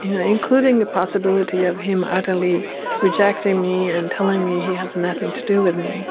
you know including the possibility of him utterly rejecting me and telling me he has nothing to do with me